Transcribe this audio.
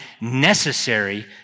necessary